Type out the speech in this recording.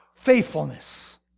faithfulness